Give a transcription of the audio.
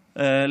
ארוכה.